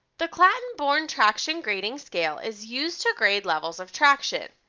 the kaltenborn traction grading scale is used to grade levels of traction.